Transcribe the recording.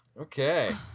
okay